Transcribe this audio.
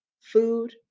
food